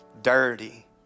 dirty